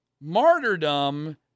martyrdom